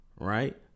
right